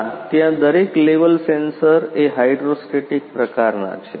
ના ત્યાં દરેક લેવલ સેન્સર એ હાઇડ્રોસ્ટેટિક પ્રકારનાં છે